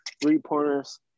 three-pointers